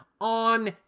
on